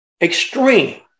extreme